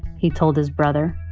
he told his brother